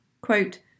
quote